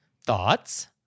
Thoughts